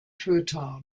fertile